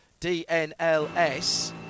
DNLS